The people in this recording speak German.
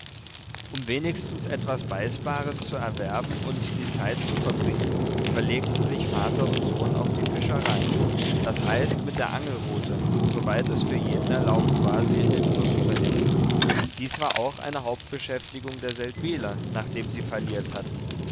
um wenigstens etwas beißbares zu erwerben und die zeit zu verbringen verlegten sich vater und sohn auf die fischerei d h mit der angelrute soweit es für jeden erlaubt war sie in den fluß zu hängen dies war auch eine hauptbeschäftigung der seldwyler nachdem sie falliert hatten